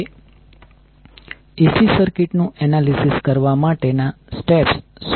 હવે AC circuit નું analysis કરવા માટે ના સ્ટેપ્સ શું છે